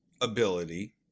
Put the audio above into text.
ability